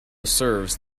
serves